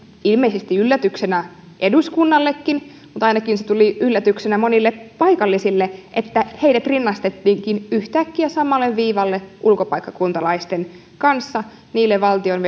ilmeisesti yllätyksenä eduskunnallekin mutta ainakin se tuli yllätyksenä monille paikallisille että heidät rinnastettiinkin yhtäkkiä samalle viivalle ulkopaikkakuntalaisten kanssa niillä valtion